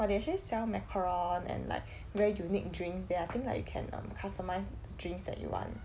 !wah! they actually sell macaron and like very unique drinks there I think like you can um customize drinks that you want